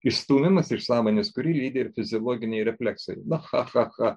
išstūmimas iš sąmonės kurį lydi ir fiziologiniai refleksai na cha cha cha